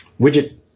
widget